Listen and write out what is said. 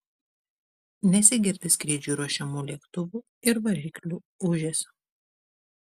nesigirdi skrydžiui ruošiamų lėktuvų ir variklių ūžesio